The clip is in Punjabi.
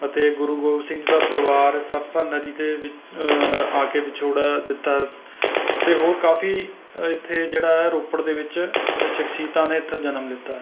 ਅਤੇ ਗੁਰੂ ਗੋਬਿੰਦ ਸਿੰਘ ਜੀ ਦਾ ਪਰਿਵਾਰ ਸਰਸਾ ਨਦੀ 'ਤੇ ਵਿ ਆ ਕੇ ਵਿਛੋੜਾ ਦਿੱਤਾ ਅਤੇ ਹੋਰ ਕਾਫ਼ੀ ਇੱਥੇ ਜਿਹੜਾ ਰੋਪੜ ਦੇ ਵਿੱਚ ਸ਼ਖਸੀਅਤਾਂ ਨੇ ਇੱਥੇ ਜਨਮ ਲਿੱਤਾ ਹੈ